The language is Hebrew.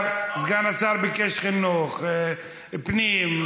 סגן השר ביקש חינוך, פנים,